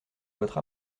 votre